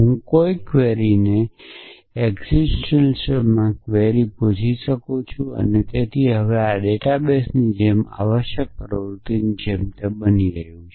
હું કોઈ ક્વેરીને એકસીટેંટીયલમાં ક્વેરી પૂછી શકું છું જેથી આ હવે ડેટાબેઝની જેમ આવશ્યક પ્રવૃત્તિની જેમ બની રહ્યું છે